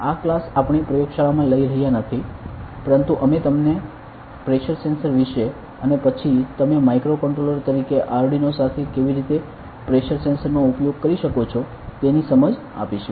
આ ક્લાસ આપણે પ્રયોગશાળામાં લઈ રહ્યા નથી પરંતુ અમે તમને પ્રેશર સેન્સર વિશે અને પછી તમે માઇક્રોકન્ટ્રોલર તરીકે આરડ્યુનો સાથે કેવી રીતે પ્રેશર સેન્સર નો ઉપયોગ કરી શકો છો તેની સમજ આપીશું